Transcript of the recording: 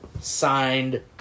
signed